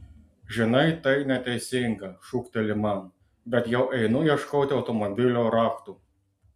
žinai tai neteisinga šūkteli man bet jau einu ieškoti automobilio raktų